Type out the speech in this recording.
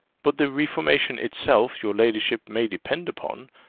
but the reformation itself your ladyship may depend upon,